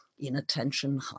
inattention